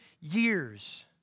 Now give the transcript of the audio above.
years